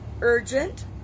urgent